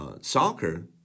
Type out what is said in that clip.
soccer